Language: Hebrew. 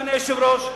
אדוני היושב-ראש,